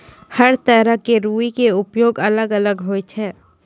हर तरह के रूई के उपयोग अलग अलग होय छै